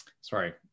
sorry